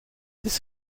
this